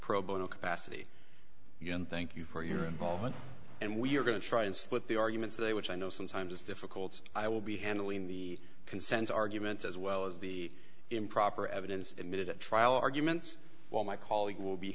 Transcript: pro bono capacity thank you for your involvement and we're going to try and split the arguments they which i know sometimes it's difficult i will be handling the consent argument as well as the improper evidence admitted at trial arguments while my colleague will be